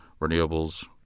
renewables